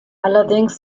allerdings